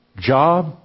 job